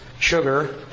sugar